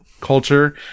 culture